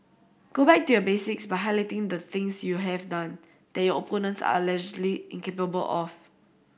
go back to basics by highlighting the things you have done that your opponents are allegedly incapable of